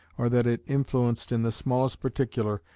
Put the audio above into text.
or that it influenced, in the smallest particular,